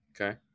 Okay